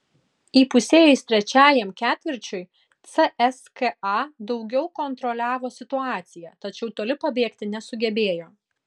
įpusėjus trečiajam ketvirčiui cska daugiau kontroliavo situaciją tačiau toli pabėgti nesugebėjo